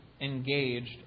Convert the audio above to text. engaged